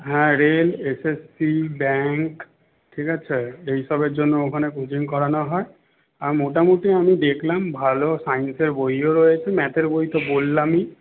হ্যাঁ rail SSC bank ঠিক আছে এইসবের জন্য ওখানে কোচিং করানো হয় আর মোটামুটি আমি দেখলাম ভালো সায়েন্সের বইও রয়েছে ম্যাথের বই তো বললামই